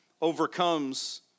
overcomes